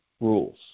rules